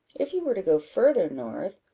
if you were to go farther north,